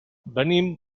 venim